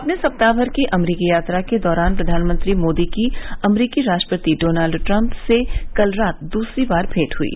अपने सप्ताह भर की अमरीकी यात्रा के दौरान प्रधानमंत्री मोदी की अमरीकी राष्ट्रपति डॉनल्ड ट्रम्प से कल रात दूसरी बार भेंट हुयी